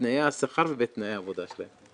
בתנאי השכר ובתנאי העבודה שלהן.